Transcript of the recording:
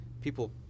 people